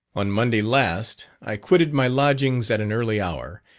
on monday last, i quitted my lodgings at an early hour,